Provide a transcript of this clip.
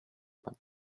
but